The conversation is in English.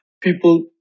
people